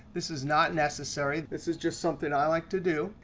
this is not necessary. this is just something i like to do.